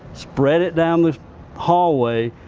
spread it down this hallway,